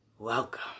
Welcome